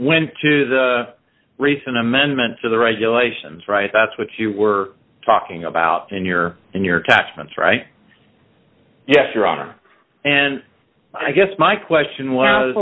went to the recent amendment to the regulations right that's what you were talking about in your in your taxman's right yes your honor and i guess my question was